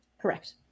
Correct